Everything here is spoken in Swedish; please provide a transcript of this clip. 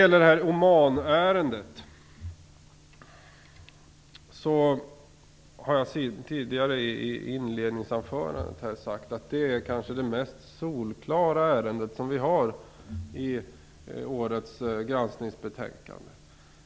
I mitt inledningsanförande sade jag att Omanärendet kanske är det mest solklara ärendet i årets granskningsbetänkande.